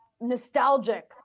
nostalgic